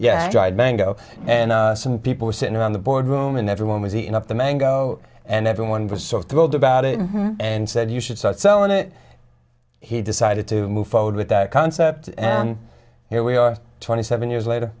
dried mango and some people were sitting around the boardroom and everyone was enough the mango and everyone was so thrilled about it and said you should start selling it he decided to move forward with that concept and here we are twenty seven years later